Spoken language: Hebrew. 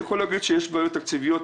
אני יכול להגיד שיש בעיות תקציביות